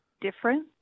different